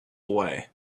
away